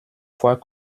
fois